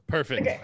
Perfect